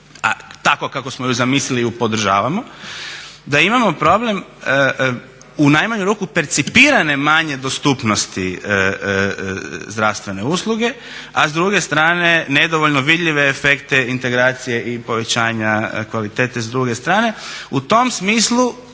tako kako smo je zamislili je podržavamo da imamo problem u najmanju ruku percipirane manje dostupnosti zdravstvene usluge, a s druge strane nedovoljno vidljive efekte integracije i povećanja kvalitete s druge strane. U tom smislu